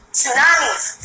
Tsunamis